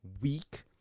weak